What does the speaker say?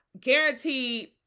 guaranteed